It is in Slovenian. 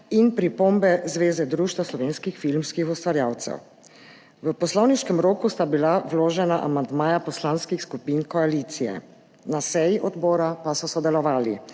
in Pripombe Zveze društev slovenskih filmskih ustvarjalcev. V poslovniškem roku sta bila vložena amandmaja poslanskih skupin koalicije. Na seji odbora so sodelovali